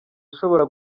ashobora